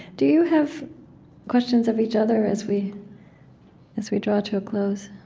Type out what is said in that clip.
do you have questions of each other as we as we draw to a close,